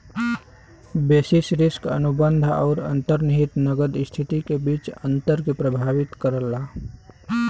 basis risk अनुबंध आउर अंतर्निहित नकद स्थिति के बीच अंतर के प्रभावित करला